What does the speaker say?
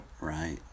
right